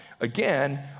again